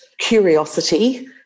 Curiosity